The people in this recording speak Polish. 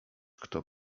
kto